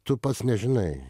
tu pats nežinai